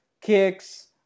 kicks